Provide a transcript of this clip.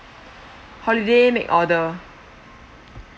holiday make order